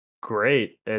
Great